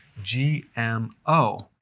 gmo